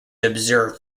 observed